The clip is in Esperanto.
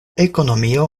ekonomio